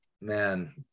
Man